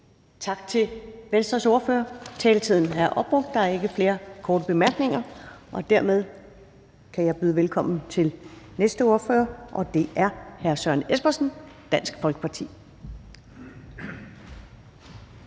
Tak til Venstres ordfører. Taletiden er opbrugt, og der er ikke flere korte bemærkninger. Dermed kan jeg byde velkommen til næste ordfører, og det er hr. Søren Espersen, Dansk Folkeparti.